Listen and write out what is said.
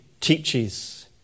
teaches